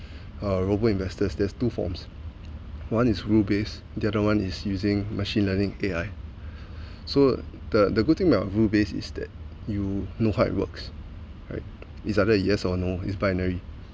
uh robo investors there's two forms one is rule base the other one is using machine learning A_I so the the good thing about rule base is that you know what it works right is either yes or no is binary